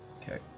Okay